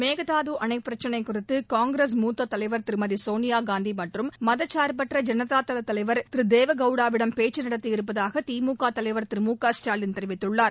மேகதாது அணை பிரச்சினைக் குறித்து காங்கிரஸ் மூத்தத் தலைவா் திருமதி சோனியா காந்தி மற்றும் மதக்சா்டபற்ற ஜனதாதள தலைவா் திரு தேவகவுடாவிடம் பேச்சு நடத்தியிருப்பதாக திமுக தலைவர் திரு மு க ஸ்டாலின் தெரிவித்துள்ளார்